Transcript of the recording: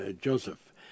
Joseph